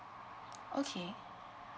okay